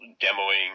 demoing